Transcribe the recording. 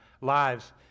lives